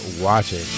watching